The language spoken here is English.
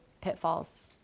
pitfalls